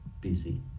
busy